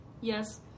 Yes